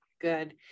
Good